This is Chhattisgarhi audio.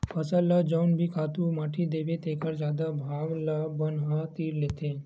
फसल ल जउन भी खातू माटी देबे तेखर जादा भाग ल बन ह तीर लेथे